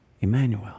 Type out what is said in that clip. Emmanuel